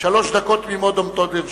שלוש דקות עומדות לרשותך.